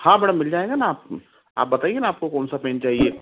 हाँ मैडम मिल जाएगा ना आप बताइए ना आपको कौनसा पेन चाहिए